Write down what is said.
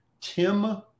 Tim